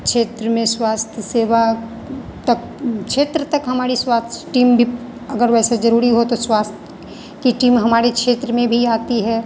क्षेत्र में स्वास्थ्य सेवा तक क्षेत्र तक हमारी स्वास्थ्य टीम भी अगर वैसे जरूरी हो तो स्वास्थ्य टीम हमारे क्षेत्र में भी आती है